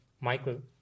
Michael